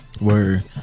word